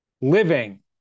Living